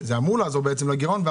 זה אמור לעזור לכיסוי הגירעון.